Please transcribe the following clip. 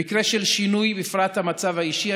במקרה של שינוי בפרט המצב האישי,